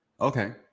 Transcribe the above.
okay